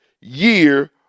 year